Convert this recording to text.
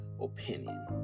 opinion